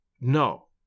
No